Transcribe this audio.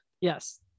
Yes